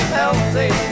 healthy